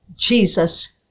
Jesus